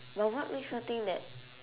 but what makes her think that